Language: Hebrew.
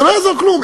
זה לא יעזור כלום.